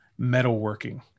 metalworking